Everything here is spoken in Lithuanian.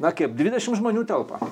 na kaip dvidešim žmonių telpa